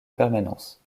permanence